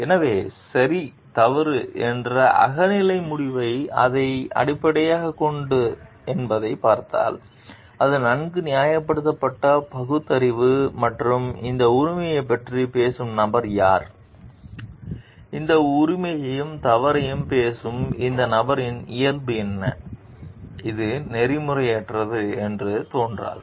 எனவே சரி தவறு என்ற அகநிலை முடிவு எதை அடிப்படையாகக் கொண்டது என்பதைப் பார்த்தால் இது நன்கு நியாயப்படுத்தப்பட்ட பகுத்தறிவு மற்றும் இந்த உரிமையைப் பற்றி பேசும் நபர் யார் இந்த உரிமையையும் தவறையும் பேசும் இந்த நபரின் இயல்பு என்ன இது நெறிமுறையற்றது என்று தோன்றாது